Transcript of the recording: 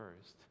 first